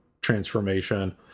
transformation